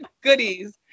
goodies